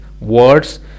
words